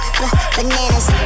bananas